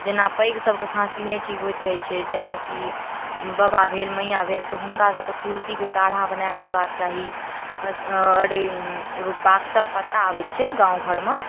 जेना पैघ सबके खाँसी नहि ठीक होइत रहै छै जेनाकि बबा भेल मइयाँ भेल तऽ हुनका सबके तुलसीके काढ़ा बनाकऽ देबाक चाही अरे एगो बाक्सक पत्ता अबै छै गाँव घरमे